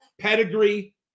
Pedigree